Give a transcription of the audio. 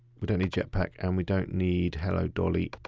we don't need jetpack and we don't need hello dolly.